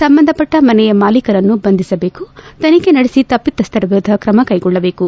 ಸಂಬಂಧಪಟ್ಟ ಮನೆಯ ಮಾಲೀಕರನ್ನು ಬಂಧಿಸಬೇಕು ತನಿಬೆ ನಡೆಸಿ ತಪ್ಪಿತಸ್ಥರ ವಿರುದ್ಧ ಕ್ರಮ ಕೈಗೊಳ್ಳಬೇಕು